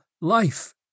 life